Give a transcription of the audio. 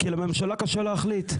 כי לממשלה קשה להחליט.